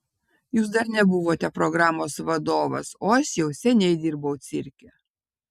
jūs dar nebuvote programos vadovas o aš jau seniai dirbau cirke